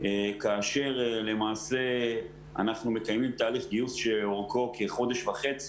כאשר למעשה אנחנו מקיימים תהליך גיוס שאורכו כחודש וחצי,